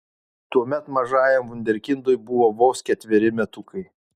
tuomet mažajam vunderkindui buvo vos ketveri metukai